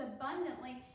abundantly